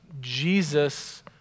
Jesus